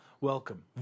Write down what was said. welcome